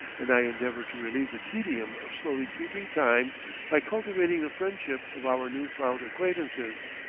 and i endeavor to relieve the tedium of slowly creeping time by cultivating the friendship of our new-found acquaintances,